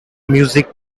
music